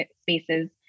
spaces